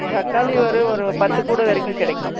தக்காளி ஒரு ஒரு பத்து கூட வரைக்கும் கிடைக்கும்